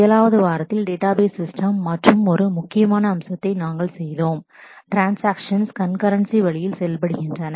7 வது வாரத்தில் database system மற்றொரு முக்கியமான அம்சத்தை நாங்கள் செய்தோம் ட்ரான்ஸாக்ஷன்ஸ் கண்கரண்சி வழியில் செயல்படுகின்றன